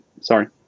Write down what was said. sorry